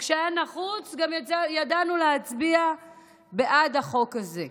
כשהיה נחוץ גם ידענו להצביע בעד החוק הזה.